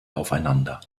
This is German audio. aufeinander